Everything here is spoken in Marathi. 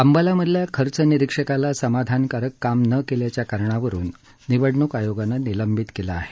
अंबालामधल्या खर्च निरिक्षकाला समाधानकारक काम न केल्याच्या कारणावरुन निवडणूक आयोगानं निलंबित केलं आहे